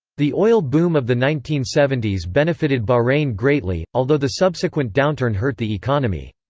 the oil boom of the nineteen seventy s benefited bahrain greatly, although the subsequent downturn hurt the economy.